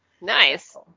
nice